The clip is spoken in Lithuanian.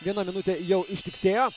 viena minutė jau ištiksėjo